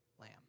lamb